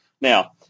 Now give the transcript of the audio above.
Now